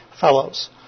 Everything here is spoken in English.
fellows